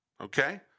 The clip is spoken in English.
okay